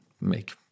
make